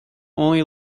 only